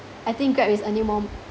I think grab is earning more